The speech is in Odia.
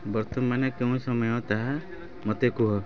ବର୍ତ୍ତମାନ କେଉଁ ସମୟ ତାହା ମୋତେ କୁହ